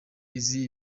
izi